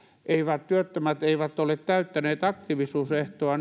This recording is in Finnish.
työttömät eivät ole täyttäneet aktiivisuusehtoa